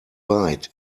weit